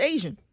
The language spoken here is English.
Asian